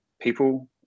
people